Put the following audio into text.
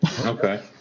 Okay